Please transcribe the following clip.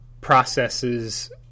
processes